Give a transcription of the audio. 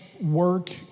work